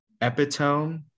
epitome